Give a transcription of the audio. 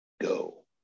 go